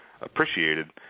appreciated